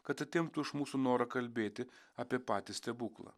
kad atimtų iš mūsų norą kalbėti apie patį stebuklą